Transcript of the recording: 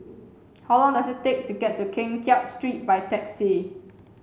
how long does it take to get to Keng Kiat Street by taxi